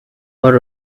what